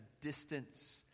distance